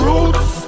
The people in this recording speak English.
Roots